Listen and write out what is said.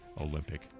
Olympic